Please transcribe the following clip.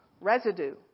residue